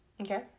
Okay